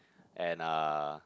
and uh